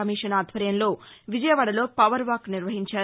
commission ఆధ్వర్యంలో విజయవాడలో power walk నిర్వహించారు